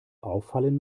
auffallen